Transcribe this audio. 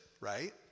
right